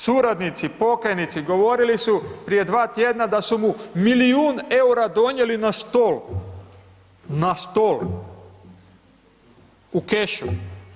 Njegovi, suradnici, pokajnici, govorili su prije dva tjedana da su mu milijun eura donijeli na stol, na stol, u kešu.